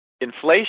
inflation